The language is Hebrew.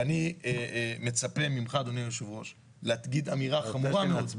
ואני מצפה ממך אדוני יושב הראש להגיד אמירה חמורה מאוד.